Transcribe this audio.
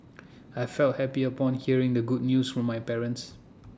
I felt happy upon hearing the good news from my parents